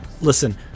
listen